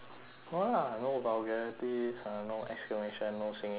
no vulgarities ha no exclamation no singing no burping